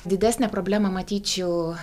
didesnę problemą matyčiau